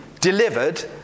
delivered